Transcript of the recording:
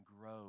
grow